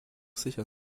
sicher